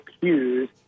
cues